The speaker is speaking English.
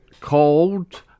called